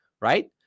right